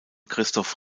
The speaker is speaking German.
christoph